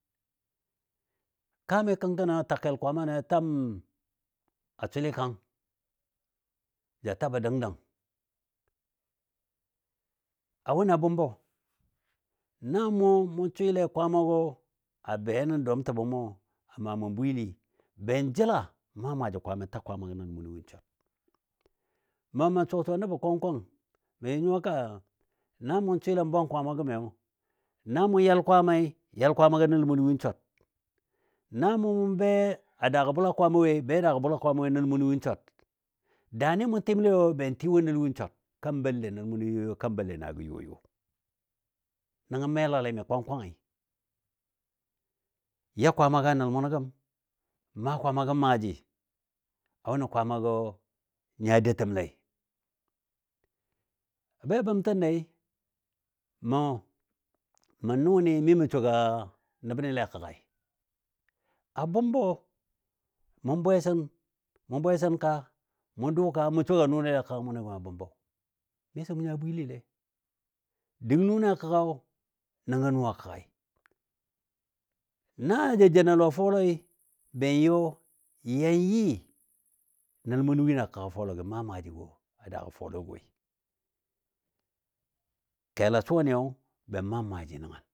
kaami kəngkəni a tal kel Kwaamanɔ a tam swilɨ kang ja tabɔ dəng dəng, a wʊnɨ a bʊmbɔ. Na mɔ mɔ swɨle Kwaamagɔ a be nən dɔm təbo mɔ a maa mʊn bwili, ben jəla n maa maaji Kwaamai ta Kwaamagɔ nəlo win swar. Mə mə suwa suwa nəbɔ kwang kwang mə jə nyuwa ka, na swɨlen bwang Kwaama gəmiyo, na mo yal Kwaamai ta Kwaamagɔ nəlo win swar, na mɔ be a daagɔ Bʊla Kwaamai be daagɔ Bʊla Kwaamai woi nəlo win swar, daani mʊ tɨmle woi be tɨ wo nəlɔ win swar kan bəlle nəl munɔ yo yo kan bəlle naagɔ yo yo. Nəngɔ melali mi kwang kwangi, ya Kwaamaga nəl munɔ gəm maa Kwaama gəm maaji a wʊni Kwaamagɔ nya doutəmle. Be bəmtənne mə, mə nʊnɨ mi mə sɔga nəbnɨ le kəggai. A bʊmbɔ mo bwesən, mɔ bwesən ka, mɔ dʊʊ ka mɔ sɔga nʊle a kəgga mʊnɔ gəmi a bʊmbɔ. Misɔ mʊ nya bwilile dəng nʊnɨ a kəggai nəngɔ nʊ a kəggai. Na ja joun a lɔ fɔlɔi ben yɔ yan yɨ nəl munɔ win a kəga fɔlɔgi maa maajigɔ a daagɔ fɔlɔ woi, kela a suwaniyo be n maam maaji nəngan